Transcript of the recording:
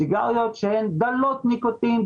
סיגריות שהן דלות ניקוטין,